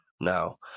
no